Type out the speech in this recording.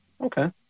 Okay